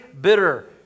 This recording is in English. bitter